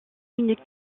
une